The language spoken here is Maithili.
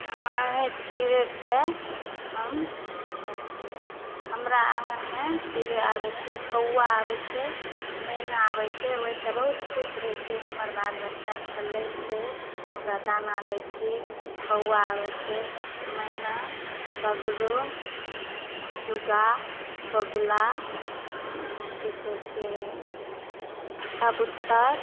हम एनाहैते चिड़ैसॅॅं हम परचित छी हमरा आँगनमे चिड़ै आबै छै कौआ आबै छै मैना आबै छै ओहिसॅं बहुत खुश रहय छै हमर बाल बच्चा खेलै छै ओकरा दाना दै छी कौआ आबै छै मैना बगरो सुग्गा बगुला की कहै छै कबूत्तर